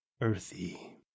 earthy